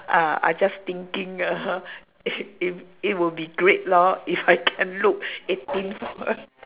uh I just thinking it it it will be great lor if I can look eighteen fore~